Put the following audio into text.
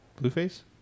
Blueface